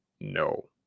no